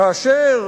כאשר